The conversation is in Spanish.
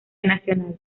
nacional